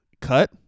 Cut